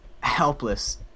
Helpless